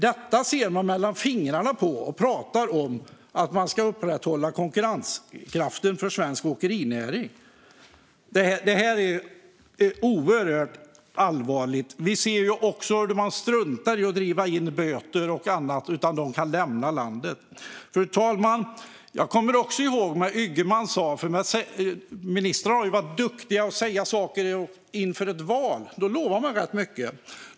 Detta ser man mellan fingrarna med, och så pratar man om att man ska upprätthålla konkurrenskraften för svensk åkerinäring. Det här är oerhört allvarligt. Vi ser också hur man struntar i att driva in böter och annat och att de här förarna kan lämna landet. Fru talman! Ministrar har ju varit duktiga på att säga saker inför val. Då lovar man rätt mycket.